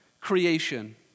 creation